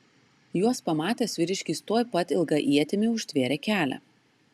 juos pamatęs vyriškis tuoj pat ilga ietimi užtvėrė kelią